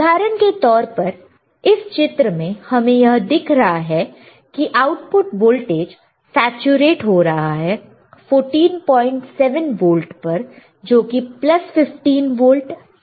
उदाहरण के तौर पर इस चित्र में हमें यह दिख रहा है कि आउटपुट वोल्टेज सेचुरेट हो रहा है 147 वोल्ट पर जो कि प्लस 15 वोल्ट से थोड़ा कम है